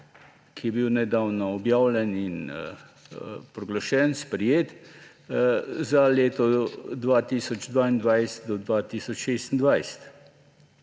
ki je bil nedavno objavljen in proglašen, sprejet za leto 2022–2026.